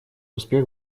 успех